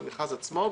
למכרז עצמו,